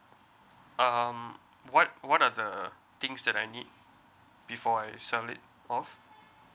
um what what are the things that I need before I sell it off